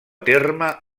terme